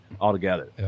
altogether